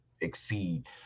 exceed